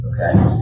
okay